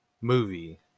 movie